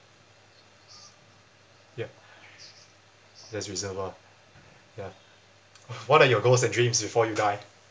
ya there's reasonable ya what are your goals and dreams before you die